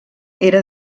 era